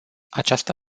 aceasta